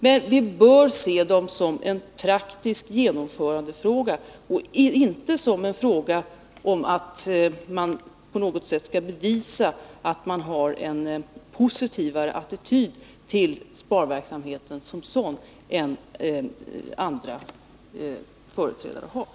Men vi bör se dem som en praktisk genomförandefråga och inte som en fråga om att man på något sätt skall bevisa att man har en positivare attityd till sparverksamheten som sådan än företrädare för andra partier har.